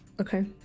Okay